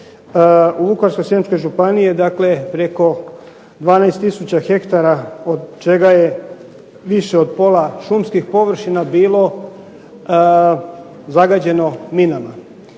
u Vukovarsko-srijemskoj županiji je preko 12 tisuća hektara od čega je više od pola šumskih površina bilo zagađeno minama.